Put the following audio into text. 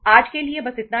आज के लिए बस इतना ही